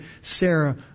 Sarah